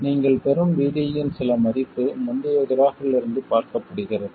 நீங்கள் பெறும் VD இன் சில மதிப்பு முந்தைய கிராஃப்பிலிருந்து பார்க்கப்படுகிறது